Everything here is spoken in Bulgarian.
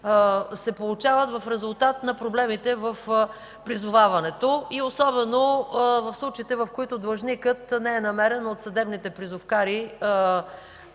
се получават в резултат на проблемите в призоваването, особено в случаите, в които длъжникът не е намерен от съдебните призовкари